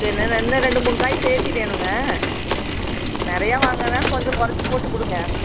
சரி இன்னும் இன்னும் ரெண்டு மூணு காய் சேர்த்தி வேணுங்க நிறையா வாங்கறதனால கொஞ்சம் குறைச்சி போட்டு கொடுங்க